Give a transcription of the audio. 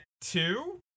two